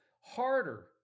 harder